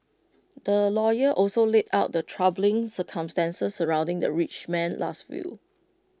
the lawyer also laid out the troubling circumstances surrounding the rich man's Last Will